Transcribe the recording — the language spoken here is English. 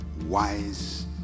wise